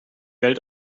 welt